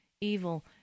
evil